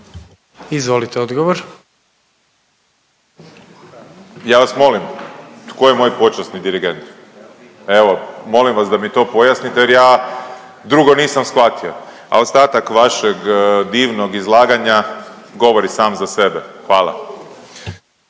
Peđa (SDP)** Ja vas molim tko je moj počasni dirigent, evo molim vas da mi to pojasnite jer ja drugo nisam shvatio. A ostatak vašeg divnog izlaganja govori sam za sebe. Hvala.